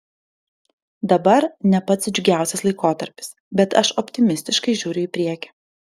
dabar ne pats džiugiausias laikotarpis bet aš optimistiškai žiūriu į priekį